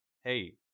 hey